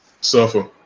Suffer